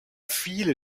viele